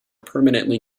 permanently